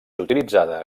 utilitzada